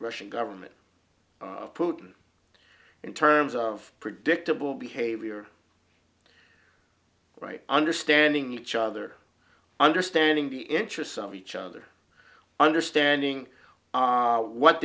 russian government putin in terms of predictable behavior right understanding each other understanding the interests of each other understanding what